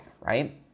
right